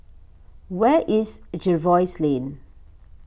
where is Jervois Lane